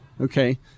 okay